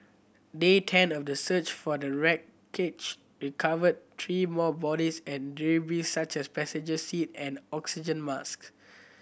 day ten of the search for the wreckage recovered three more bodies and debris such as passenger seat and oxygen mask